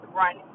run